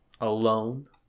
alone